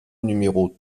numéro